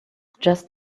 just